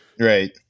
Right